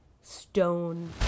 stone